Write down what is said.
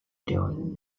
doing